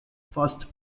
first